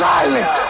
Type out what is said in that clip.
Silence